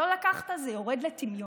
לא לקחת, זה יורד לטמיון.